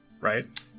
right